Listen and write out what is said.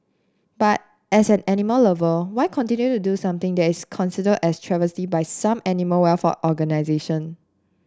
but as an animal lover why continue to do something that is considered a travesty by some animal welfare organisation